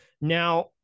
Now